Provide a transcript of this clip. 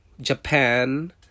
Japan